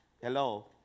Hello